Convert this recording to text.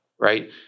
Right